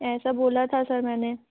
ऐसा बोला था सर मैंने